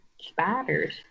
Spiders